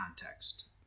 context